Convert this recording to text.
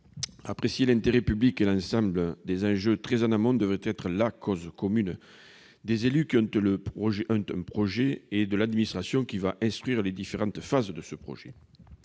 Apprécier l'intérêt public et l'ensemble des enjeux très en amont devrait être « la » cause commune des élus qui ont un projet et de l'administration qui va instruire les différentes phases de ce projet.